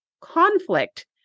conflict